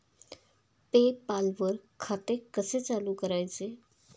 पे पाल वर खाते कसे चालु करायचे